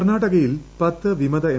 കർണാടകയിൽ പത്ത് വിമത എം